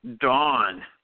Dawn